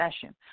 session